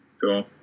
Cool